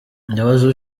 ndabaza